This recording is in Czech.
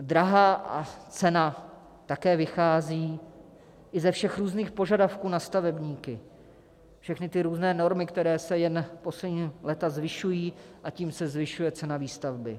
Drahá cena také vychází i ze všech různých požadavků na stavebníky, všechny ty různé normy, které se poslední léta jen zvyšují a tím se zvyšuje cena výstavby.